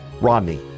Rodney